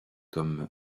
comme